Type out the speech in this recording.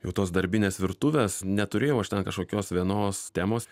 jau tos darbinės virtuvės neturėjau aš ten kažkokios vienos temos